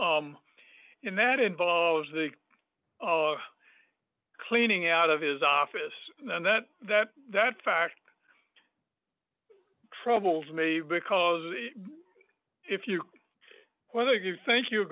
and that involves the cleaning out of his office and that that that fact troubles me because if you whether you think you're